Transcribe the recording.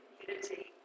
community